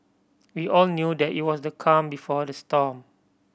we all knew that it was the calm before the storm